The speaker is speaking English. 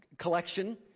collection